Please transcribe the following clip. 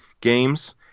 games